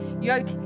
yoke